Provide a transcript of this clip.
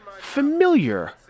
familiar